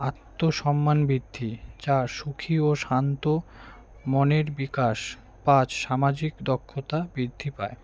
আত্মসম্মান বৃদ্ধি চার সুখী ও শান্ত মনের বিকাশ পাঁচ সামাজিক দক্ষতা বৃদ্ধি পায়